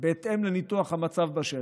בהתאם לניתוח המצב בשטח,